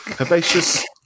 Herbaceous